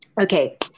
Okay